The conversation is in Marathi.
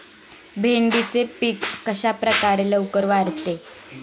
भेंडीचे पीक कशाप्रकारे लवकर वाढते?